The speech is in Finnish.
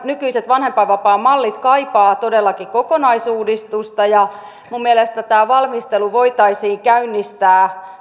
nykyiset vanhempainvapaamallit kaipaavat todellakin kokonaisuudistusta ja minun mielestäni valmistelu voitaisiin käynnistää